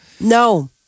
No